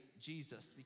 Jesus